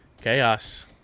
chaos